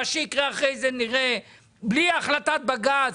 בלי החלטת בג"ץ?